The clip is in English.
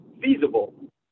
feasible